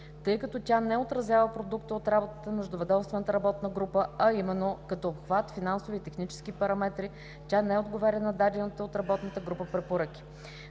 тъй като тя не отразява продукта от работата на Междуведомствената работна група, а именно – като обхват, финансови и технически параметри, тя не отговаря на дадените от работната група препоръки.